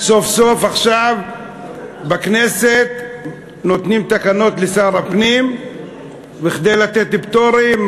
סוף-סוף נותנים עכשיו בכנסת תקנות לשר הפנים כדי לתת פטורים,